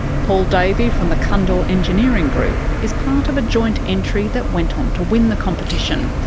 paul davy from the cundall engineering group is part of a joint entry that went on to win the competition.